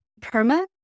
PERMA